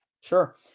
Sure